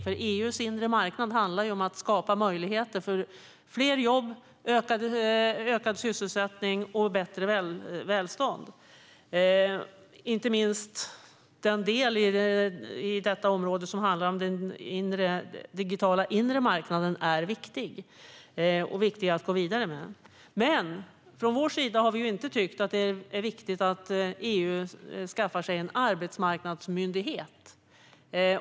EU:s inre marknad handlar om att skapa möjligheter för fler jobb, ökad sysselsättning och bättre välstånd. Inte minst den del i detta område som handlar om den digitala inre marknaden är viktig att gå vidare med. Men vi har inte tyckt att det är viktigt att EU skaffar sig en arbetsmarknadsmyndighet.